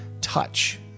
touch